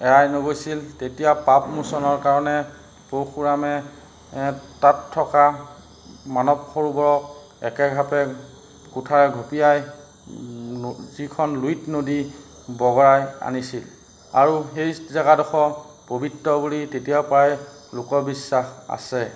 এৰাই নগৈছিল তেতিয়া পাপ মোচনৰ কাৰণে পুৰশুৰামে তাত থকা মানৱ সৰুবৰক একেঘাপে কোঠাৰে ঘপিয়াই যিখন লুইত নদী বগৰাই আনিছিল আৰু সেই জেগাডোখৰ পবিত্ৰ বুলি তেতিয়াৰপৰাই লোকবিশ্বাস আছে